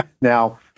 Now